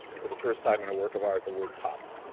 for the first time in a work of art, the word pop